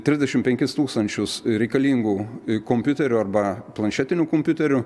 trisdešimt penkis tūkstančius reikalingų kompiuterių arba planšetinių kompiuterių